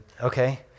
Okay